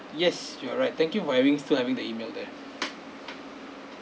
yes you are right thank you having still having the email there